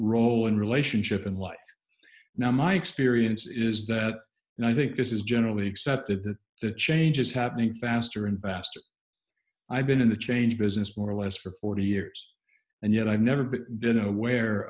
role and relationship in life now my experience is that now i think this is generally accepted that the change is happening faster and faster i've been in the change business more or less for forty years and yet i've never been